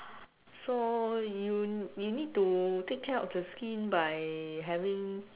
so you you need to take care of the skin by having